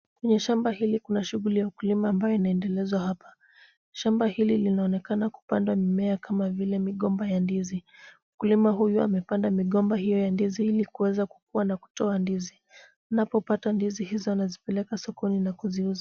Kwenye shamba hili kuna shughuli ya ukulima ambayo inaendelezwa hapa. Shamba hili linaonekana kupandwa mimea kama vile migomba ya ndizi. Mkulima huyo amepanda migomba hiyo ya ndizi ili kuweza kukua na kutoa ndizi . Anapopata ndizi hizo anazipeleka sokoni na kuziuza.